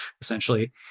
essentially